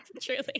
truly